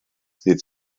ddydd